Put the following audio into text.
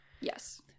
yes